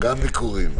גם ביקורים.